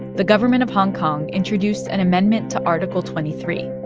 the government of hong kong introduced an amendment to article twenty three,